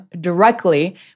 directly